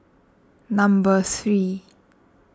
number three